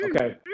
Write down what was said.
Okay